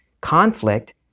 Conflict